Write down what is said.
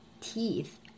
teeth